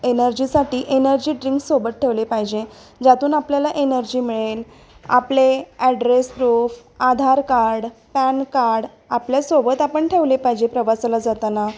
एनर्जीसाठी energy ड्रिंक्सोबत ठेवले पाहिजे ज्यातून आपल्याला एनर्जी मिळेल आपले address proof Aadhaar card PAN card आपल्यासोबत आपण ठेवले पाहिजे प्रवासाला जाताना